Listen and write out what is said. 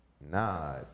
Nah